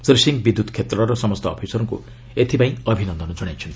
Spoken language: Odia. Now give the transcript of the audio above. ଶ୍ରୀ ସିଂହ ବିଦ୍ୟୁତ୍ କ୍ଷେତ୍ରର ସମସ୍ତ ଅଫିସରଙ୍କୁ ଏଥିପାଇଁ ଅଭିନନ୍ଦନ ଜଣାଇଛନ୍ତି